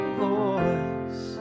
voice